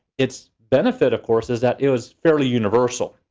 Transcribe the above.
its benefit, of course, is that it was fairly universal,